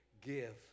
give